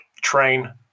train